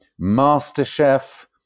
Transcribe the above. MasterChef